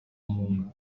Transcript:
mungu